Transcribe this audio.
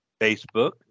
Facebook